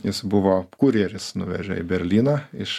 jis buvo kurjeris nuvežė į berlyną iš